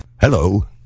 Hello